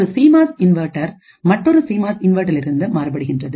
ஒரு CMOS inverter மற்றொரு CMOS இன்வெர்ட்டரிலிருந்து மாறுபடுகின்றது